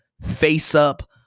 face-up